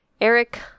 Eric